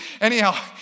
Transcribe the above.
Anyhow